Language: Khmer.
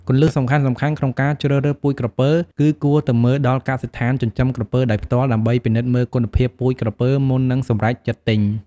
គន្លឹះសំខាន់ៗក្នុងការជ្រើសរើសពូជក្រពើ គឺគួរទៅមើលដល់កសិដ្ឋានចិញ្ចឹមក្រពើដោយផ្ទាល់ដើម្បីពិនិត្យមើលគុណភាពពូជក្រពើមុននឹងសម្រេចចិត្តទិញ។